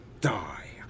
die